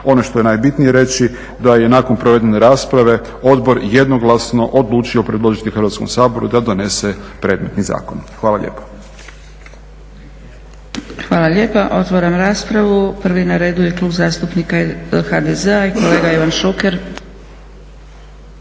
Ono što je najbitnije reći da je nakon provedene rasprave odbor jednoglasno odlučio predložiti Hrvatskom saboru da donese predmetni zakon. Hvala lijepo. **Zgrebec, Dragica (SDP)** Hvala lijepa. Otvaram raspravu, prvi na redu je Klub zastupnika HDZ-a i kolega Ivan Šuker.